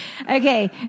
Okay